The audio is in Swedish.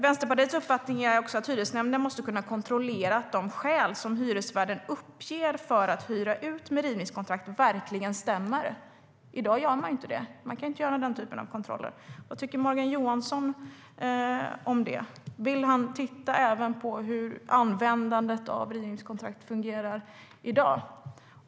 Vänsterpartiets uppfattning är också att hyresnämnden måste kunna kontrollera att de skäl som hyresvärden uppger för att hyra ut med rivningskontrakt verkligen stämmer. I dag går det inte att göra den typen av kontroller. Vad tycker Morgan Johansson om det? Vill han även titta på hur användandet av rivningskontrakt fungerar i dag?